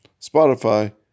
Spotify